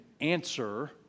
answer